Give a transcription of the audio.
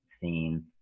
scene